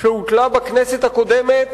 שהוטלה בכנסת הקודמת